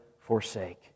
forsake